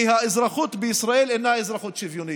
כי האזרחות בישראל אינה אזרחות שוויונית.